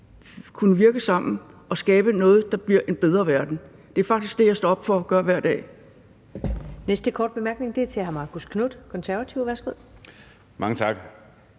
kunne virke sammen og skabe noget, der bliver en bedre verden. Det er faktisk det, jeg står op for at gøre hver dag.